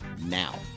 now